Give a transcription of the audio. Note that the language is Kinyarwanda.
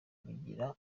bigira